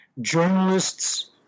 journalists